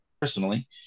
personally